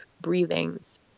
breathings